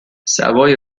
سوای